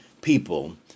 people